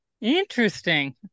Interesting